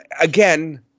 again